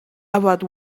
about